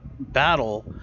battle